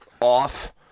off